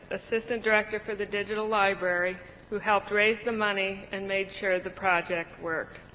assistant director for the digital library who helped raise the money and made sure the project worked.